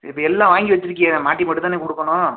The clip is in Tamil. இப்போ எல்லாம் வாங்கி வச்சிருக்கீக மாட்டி மட்டும் தான் கொடுக்கணும்